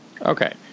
Okay